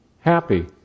happy